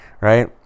right